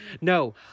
No